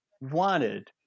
wanted